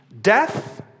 Death